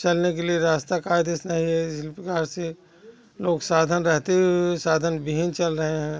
चलने के लिए रास्ता कायदे से नहीं है जिल प्रकार से लोग साधन रहते हुए साधन विहीन चल रहे हैं